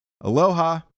Aloha